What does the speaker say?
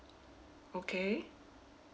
okay